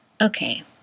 Okay